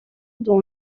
dans